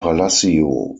palacio